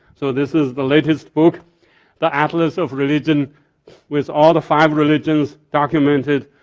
so this is the latest book the atlas of religion with all the five religions documented.